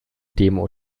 demo